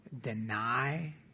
deny